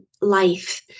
life